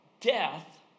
death